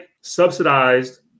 subsidized